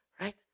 right